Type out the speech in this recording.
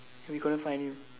we couldn't find him